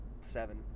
Seven